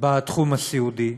בתחום הסיעודי.